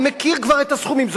אני מכיר כבר את הסכומים,